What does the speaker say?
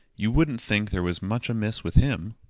you wouldn't think there was much amiss with him.